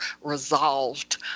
resolved